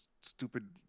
stupid